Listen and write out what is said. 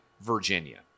Virginia